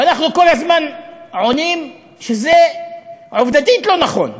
ואנחנו כל הזמן עונים שזה עובדתית לא נכון,